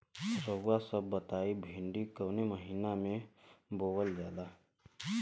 रउआ सभ बताई भिंडी कवने महीना में बोवल जाला?